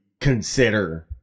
consider